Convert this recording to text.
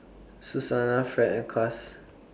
Susannah Fed and Cass